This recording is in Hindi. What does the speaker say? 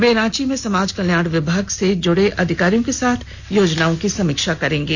वे रांची में समाज कल्याण विभाग से जुड़े अधिकारियों के साथ योजनाओं की समीक्षा करेंगे